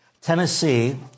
Tennessee